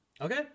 Okay